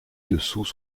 dessous